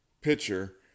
pitcher